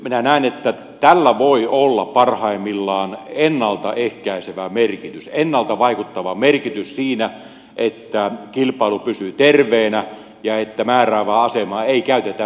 minä näen että tällä voi olla parhaimmillaan ennalta ehkäisevä merkitys ennalta vaikuttava merkitys siinä että kilpailu pysyy terveenä ja määräävää asemaa ei käytetä väärin